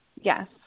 Yes